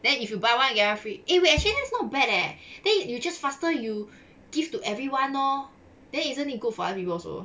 then if you buy one get one free eh we actually not bad leh then you you just faster you give to everyone lor then isn't good for other people also